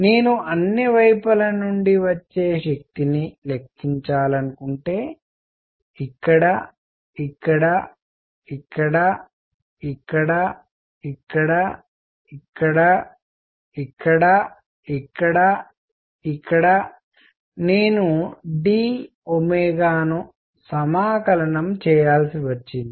నేను అన్ని వైపుల నుండి వచ్చే శక్తిని లెక్కించాలనుకుంటే ఇక్కడ ఇక్కడ ఇక్కడ ఇక్కడ ఇక్కడ ఇక్కడ ఇక్కడ ఇక్కడ ఇక్కడ నేను d ను సమాకలనంఇంటిగ్రేషన్ చేయాల్సి వచ్చింది